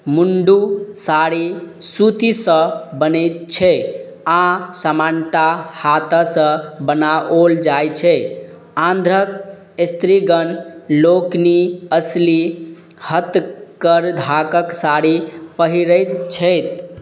मुण्डु साड़ी सूतीसँ बनैत छै आ सामान्यतः हाथसँ बनाओल जाइत छै आंध्रक स्त्रीगण लोकनि असली हथकरघाकक साड़ी पहिरति छथि